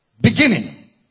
beginning